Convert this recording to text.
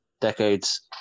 decades